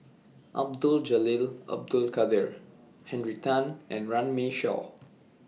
Abdul Jalil Abdul Kadir Henry Tan and Runme Shaw